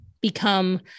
become